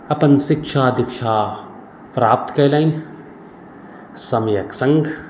अपन शिक्षा दीक्षा प्राप्त कयलनि समयक सङ्ग